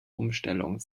umstellung